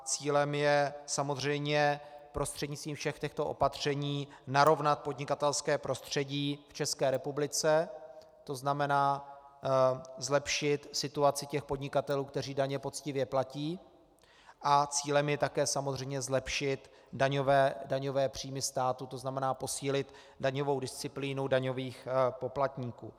Cílem je samozřejmě prostřednictvím všech těchto opatření narovnat podnikatelské prostředí v České republice, tzn. zlepšit situaci těch podnikatelů, kteří daně poctivě platí, a cílem je také samozřejmě zlepšit daňové příjmy státu, tzn. posílit daňovou disciplínu daňových poplatníků.